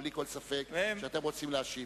בלי כל ספק אתם רוצים להשיב.